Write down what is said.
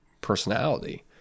personality